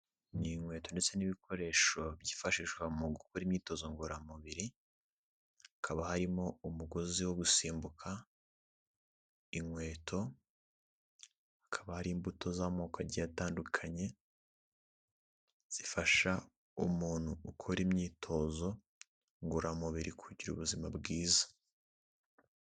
Ni inkweto ndetse n'ibikoresho byifashishwa mu gukora imyitozo ngororamubiri, hakaba harimo umugozi wo gusimbuka, inkweto, hakaba hari imbuto z'amoko agiye atandukanye zifasha umuntu ugukora imyitozo ngororamubiri kugira ubuzima bwiza.